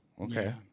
Okay